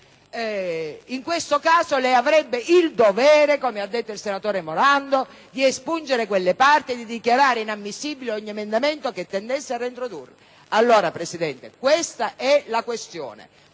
in questo caso lei avrebbe il dovere, come ha detto il senatore Morando, di espungere quelle parti e di dichiarare inammissibile ogni emendamento che tendesse a reintrodurle. È il terzo filtro, signora Presidente.